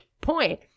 point